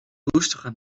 roestige